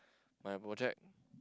my project